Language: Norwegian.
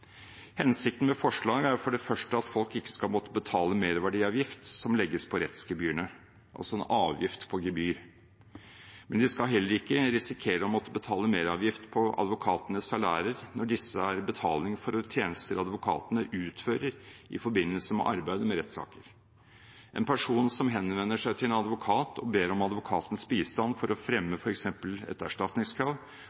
Hensikten med forslaget er for det første at folk ikke skal måtte betale merverdiavgift som legges på rettsgebyrene, altså en avgift på gebyr. Men de skal heller ikke risikere å måtte betale merverdiavgift på advokatenes salærer når disse er betaling for tjenester advokatene utfører i forbindelse med arbeidet med rettssaker. En person som henvender seg til en advokat og ber om advokatens bistand for å fremme